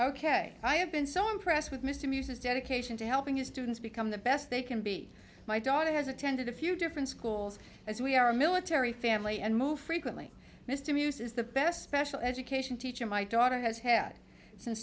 ok i have been so impressed with mr muse's dedication to helping his students become the best they can be my daughter has attended a few different schools as we are a military family and move frequently mr muses the best special education teacher my daughter has had since